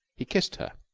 he kissed her.